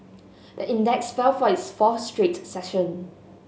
the index fell for its fourth straight session